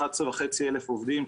11,500 עובדים,